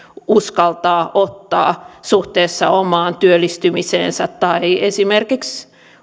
uskaltaa ottaa suhteessa omaan työllistymiseensä tai uskaltaako hän esimerkiksi